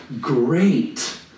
great